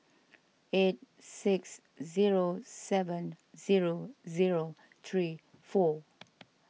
eight six zero seven zero zero three four